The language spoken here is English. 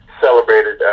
celebrated